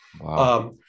Wow